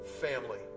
family